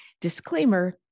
Disclaimer